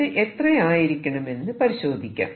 ഇത് എത്രയായിരിക്കണമെന്നു പരിശോധിക്കാം